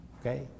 okay